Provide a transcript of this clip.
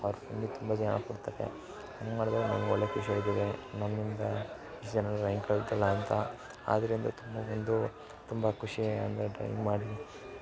ಅವ್ರು ತುಂಬ ಜನ ಬರ್ತಾರೆ ಹಿಂಗೆ ಮಾಡ್ದಾಗ ನಂಗೆ ಒಳ್ಳೆ ಖುಷಿ ಆಯ್ತದೆ ನನ್ನಿಂದ ಇಷ್ಟು ಜನರು ಡ್ರಾಯಿಂಗ್ ಕಲಿತ್ರಲ್ಲ ಅಂತ ಆದ್ದರಿಂದ ತುಂಬ ಒಂದು ತುಂಬ ಖುಷಿ ಅಂದರೆ ಡ್ರಾಯಿಂಗ್ ಮಾಡಿ